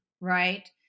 right